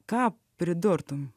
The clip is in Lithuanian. ką pridurtumei